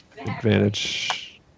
advantage